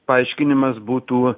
paaiškinimas būtų